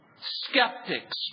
Skeptics